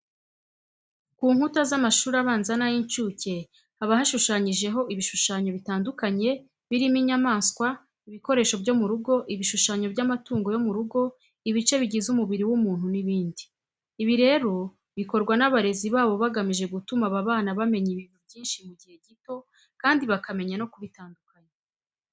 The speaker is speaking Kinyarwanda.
Ku nkuta z'amashuri abanza n'ay'incuke haba hashushanyijeho ibishushanyo bitandukanye birimo inyamaswa, ibikoresho byo mu rugo, ibishushanyo by'amatungo yo mu rugo, ibice bigize umubiri w'umuntu n'ibindi. Ibi rero bikorwa n'abarezi babo bagamije gutuma aba bana bamenya ibintu byinshi mu gihe gito kandi bakamenya no kubitandukanya.